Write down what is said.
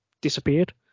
disappeared